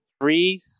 three